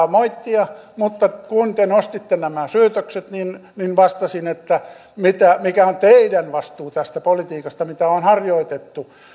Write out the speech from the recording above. sosiaalidemokraatteja moittia mutta kun te nostitte nämä syytökset niin niin vastasin mikä on teidän vastuunne tästä politiikasta mitä on harjoitettu